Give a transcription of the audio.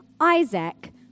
Isaac